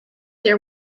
their